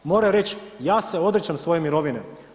Moraju reći ja se odričem svojem mirovine.